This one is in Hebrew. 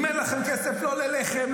אם אין לכם כסף לא לחם,